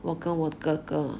我跟我哥哥